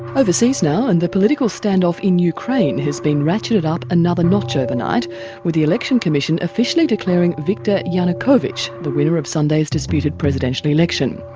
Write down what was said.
overseas now, and the political stand-off in ukraine has been ratcheted up another notch overnight with the election commission officially declaring viktor yanukovych the winner of sunday's disputed presidential election.